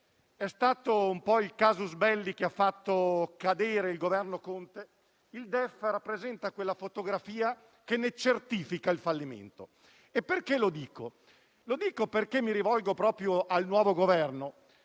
è stato un po' il *casus belli* che ha fatto cadere il Governo Conte, il DEF rappresenta la fotografia che ne certifica il fallimento. Perché lo dico? Mi rivolgo proprio al nuovo Governo: